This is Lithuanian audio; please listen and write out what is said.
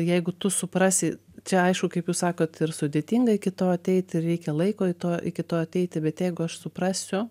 jeigu tu suprasi čia aišku kaip jūs sakot ir sudėtinga iki to ateit ir reikia laiko i to iki to ateiti bet jeigu aš suprasiu